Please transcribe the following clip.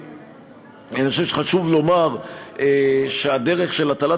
אני חושב שחשוב לומר שהדרך של הטלת